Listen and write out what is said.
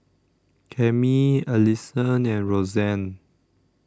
Cammie Allisson and Roxann